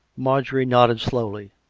marjorie nodded slowly.